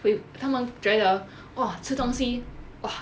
wait 他们觉得 !wah! 吃东西 !wah!